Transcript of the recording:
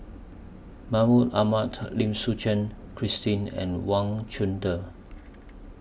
Mahmud Ahmad Lim Suchen Christine and Wang Chunde